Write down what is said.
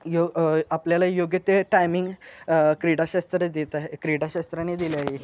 यो आपल्याला योग्य ते टायमिंग क्रीडाक्षेत्रे देत आहे क्रीडाक्षेत्राने दिले आहे